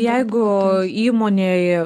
jeigu įmonėj